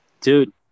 Dude